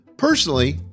Personally